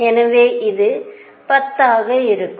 எனவே இது 10 ஆக இருக்கும்